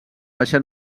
baixa